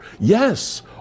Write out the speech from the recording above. Yes